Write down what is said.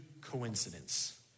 coincidence